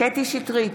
קטי קטרין שטרית,